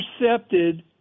intercepted